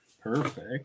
Perfect